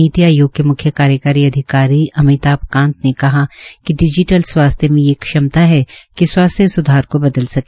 नीति आयोग के मुख्य कार्यकारी अधिकारी अमिताभ कांत ने कहा कि डिजीटल स्वास्थ्य में ये क्षमता है कि स्वास्थ्य स्धार को बदल सके